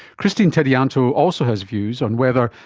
christine tedijanto also has views on whether,